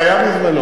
זה היה בזמנו,